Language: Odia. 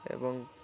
ଏବଂ